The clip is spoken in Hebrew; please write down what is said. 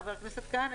חבר הכנסת כהנא,